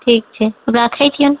ठीक छै आबऽ राखए छिएन